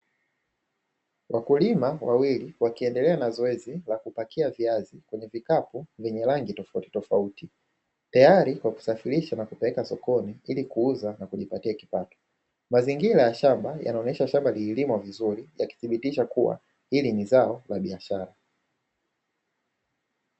Wakulima wawili, wakiendelea na zoezi la kupakia viazi kwenye vikapu vyenye rangi tofautitofauti, tayari kwa kusafirisha na kupeleka sokoni ili kuuza na kujipatia kipato. Mazingira ya shamba yanaonyesha shamba lililimwa vizuri, yakithibitisha kuwa hili ni zao la biashara.